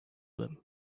them